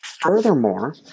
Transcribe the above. Furthermore